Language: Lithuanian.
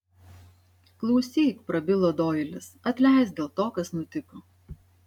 klausyk prabilo doilis atleisk dėl to kas nutiko